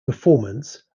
performance